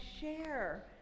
share